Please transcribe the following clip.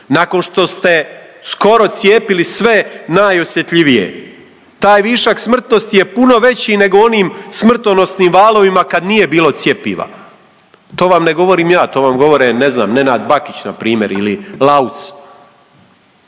nakon što ste skoro cijepili sve najosjetljiviji. Taj višak smrtnosti je puno veći nego u onim smrtonosnim valovima kad nije bilo cjepiva, to vam ne govorim ja, to vam govore ne znam Nenad Bakić npr. ili Lauc.